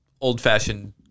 old-fashioned